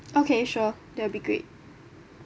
okay sure that'll be great